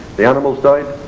the animals died,